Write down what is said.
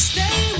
Stay